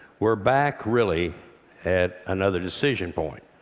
we're back really at another decision point.